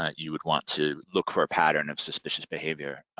ah you would want to look for a pattern of suspicious behavior.